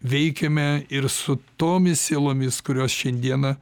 veikiame ir su tomis sielomis kurios šiandieną